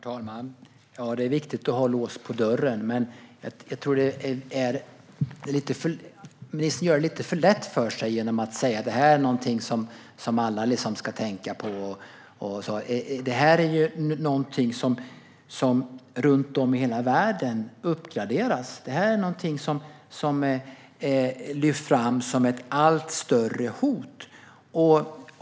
Herr talman! Det är viktigt att ha lås på dörren, men jag tycker att ministern gör det lite för lätt för sig genom att säga att detta är någonting som alla ska tänka på. Det här är någonting som uppgraderas runt om i hela världen. Det här är någonting som lyfts fram som ett allt större hot.